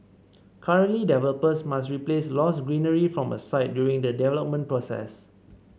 currently developers must replace lost greenery from a site during the development process